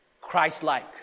Christ-like